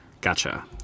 Gotcha